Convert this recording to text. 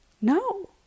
No